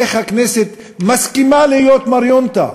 איך הכנסת מסכימה להיות מריונטה,